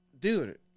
Dude